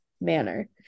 manner